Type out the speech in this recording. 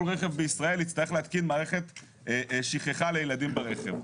כל רכב בישראל יצטרך להתקין מערכת שכחה לילדים ברכב.